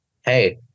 Hey